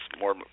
more